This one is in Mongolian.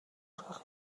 орхих